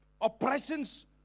oppressions